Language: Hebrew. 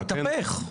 התהפך.